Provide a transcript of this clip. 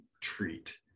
treat